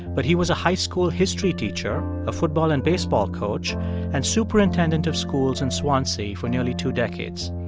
but he was a high school history teacher, a football and baseball coach and superintendent of schools in swansea for nearly two decades.